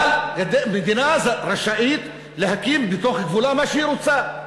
אבל מדינה רשאית להקים בתוך גבולה מה שהיא רוצה,